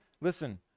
listen